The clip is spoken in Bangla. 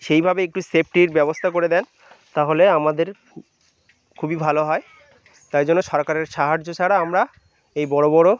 সেইভাবে একটু সেফ্টির ব্যবস্থা করে দেন তাহলে আমাদের খু খুবই ভালো হয় তাই জন্য সরকারের সাহায্য ছাড়া আমরা এই বড় বড়